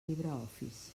libreoffice